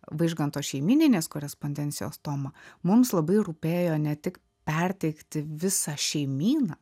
vaižganto šeimyninės korespondencijos tomą mums labai rūpėjo ne tik perteikti visą šeimyną